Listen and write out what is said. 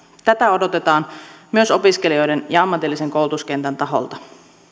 tätä odotetaan myös opiskelijoiden ja ammatillisen koulutuskentän taholta